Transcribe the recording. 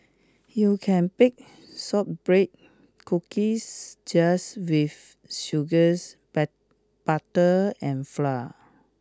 you can bake shortbread cookies just with sugars but butter and flour